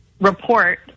report